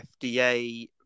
fda